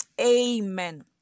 Amen